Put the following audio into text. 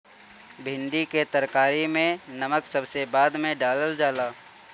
भिन्डी के तरकारी में नमक सबसे बाद में डालल जाला